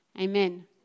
Amen